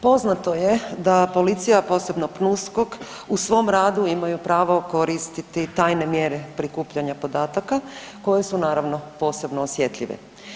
Poznato je da policija, posebno PNUSKOK u svom radu imaju pravo koristiti tajne mjere prikupljanja podataka koje su naravno posebno osjetljive.